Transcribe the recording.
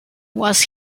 was